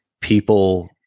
people